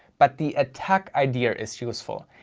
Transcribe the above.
but the attack idea is useful.